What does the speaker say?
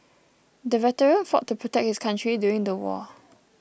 the veteran fought to protect his country during the war